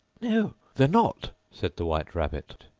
no, they're not said the white rabbit,